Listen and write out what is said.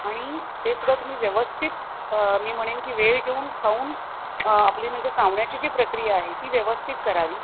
आणि ते सुद्धा तुम्ही व्यवस्थित मी म्हणेन की वेळ घेऊन खाऊन आपली म्हणजे चावण्याची जी प्रक्रिया आहे ती व्यवस्थित करावी